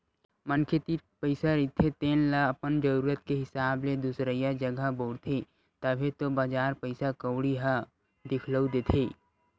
मनखे तीर पइसा रहिथे तेन ल अपन जरुरत के हिसाब ले दुसरइया जघा बउरथे, तभे तो बजार पइसा कउड़ी ह दिखउल देथे